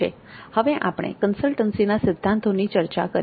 હવે આપણે કન્સલ્ટિંગના સિદ્ધાંતોની ચર્ચા કરીએ